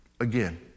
again